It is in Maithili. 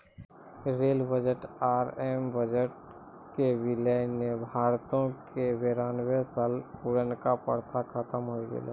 रेल बजट आरु आम बजट के विलय ने भारतो के बेरानवे साल पुरानका प्रथा खत्म होय गेलै